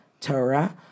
Torah